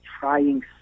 trying